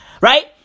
right